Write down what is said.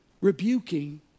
rebuking